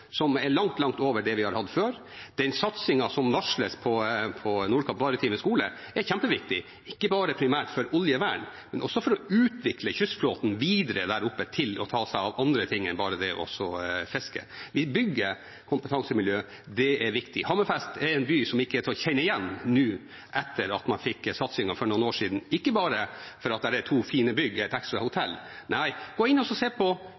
som er langt, langt over det vi hadde før. Den satsingen som varsles på Nordkapp maritime fagskole, er kjempeviktig – ikke bare primært for oljevern, men også for å utvikle kystflåten videre der oppe til å ta seg av andre ting enn bare det å fiske. Vi bygger kompetansemiljøer. Det er viktig. Hammerfest er en by som ikke er til å kjenne igjen etter man fikk satsingen for noen år siden, og ikke bare fordi det er to fine bygg og et ekstra hotell. Nei, gå inn og se på